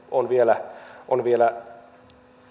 on ovat vielä